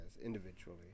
individually